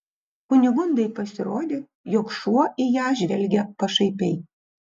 kunigundai pasirodė jog šuo į ją žvelgia pašaipiai